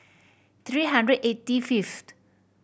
three hundred eighty fifth